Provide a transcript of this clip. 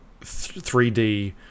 3D